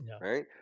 right